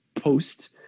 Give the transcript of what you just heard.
post